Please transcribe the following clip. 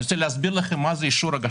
אני רוצה להסביר לכם מה זה.